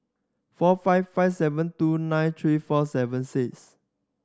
four five five seven two nine three four seven six